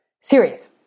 Series